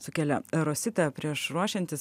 sukelia rosita prieš ruošiantis